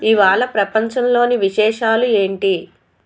ఇవాళ ప్రపంచంలోని విశేషాలు ఏంటి